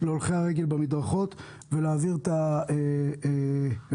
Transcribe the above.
להולכי הרגל במדרכות ולהגביר את האכיפה.